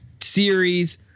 series